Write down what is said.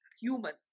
humans